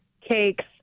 cakes